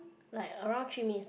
like around three minutes